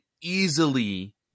easily